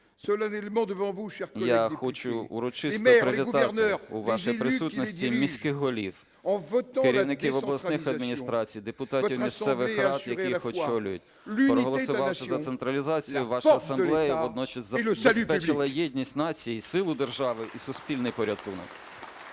Я хочу урочисто привітати у вашій присутності міських голів, керівників обласних адміністрацій, депутатів місцевих рад, які їх очолюють. Проголосувавши за централізацію, ваша асамблея водночас забезпечила єдність нації, силу держави і суспільний порятунок.